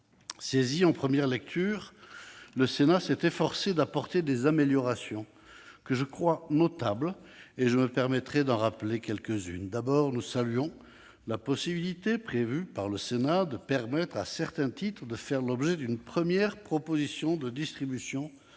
Saisi en première lecture, le Sénat s'est efforcé d'apporter des améliorations, que je crois notables. Je me permettrai d'en rappeler quelques-unes. D'abord, nous saluons la possibilité, prévue par le Sénat, que certains titres fassent l'objet d'une première proposition de distribution auprès